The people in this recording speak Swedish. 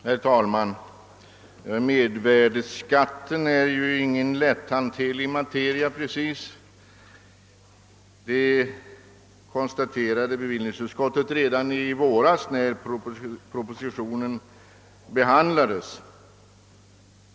Herr talman! Mervärdeskatten är ingen lätthanterlig materia. Detta konstaterade bevillningsutskottet redan i våras när propositionen behandlades.